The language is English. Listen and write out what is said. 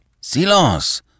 Silence